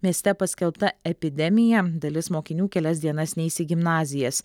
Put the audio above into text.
mieste paskelbta epidemija dalis mokinių kelias dienas neis į gimnazijas